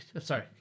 sorry